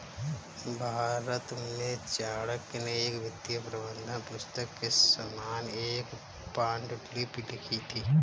भारत में चाणक्य ने एक वित्तीय प्रबंधन पुस्तक के समान एक पांडुलिपि लिखी थी